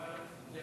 ואני